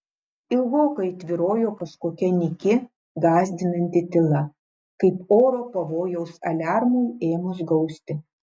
ilgokai tvyrojo kažkokia nyki gąsdinanti tyla kaip oro pavojaus aliarmui ėmus gausti